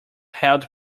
held